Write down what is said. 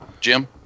Jim